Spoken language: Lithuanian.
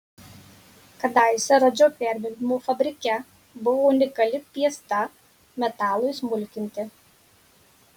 kadaise rodžio perdirbimo fabrike buvo unikali piesta metalui smulkinti